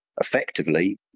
effectively